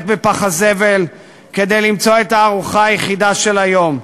בפח הזבל כדי למצוא את הארוחה היחידה של היום.